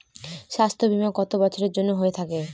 স্বাস্থ্যবীমা কত বছরের জন্য হয়ে থাকে?